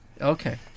Okay